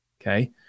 Okay